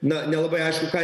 na nelabai aišku ką